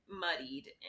muddied